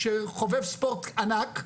שהוא חובב ספורט ענק.